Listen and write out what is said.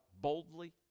boldly